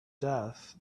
death